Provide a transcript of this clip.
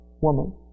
woman